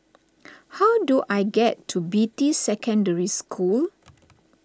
how do I get to Beatty Secondary School